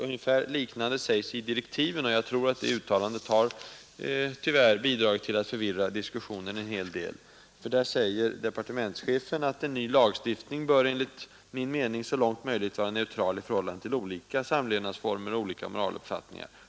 Ungefär liknande sägs i direktiven till utredningen, och jag tror att det uttalandet tyvärr har bidragit till att förvirra diskussionen en hel del. Där säger departementschefen att en ”ny lagstiftning bör enligt min mening så långt möjligt vara neutral i förhållande till olika samlevnadsformer och olika moraluppfattningar”.